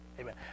Amen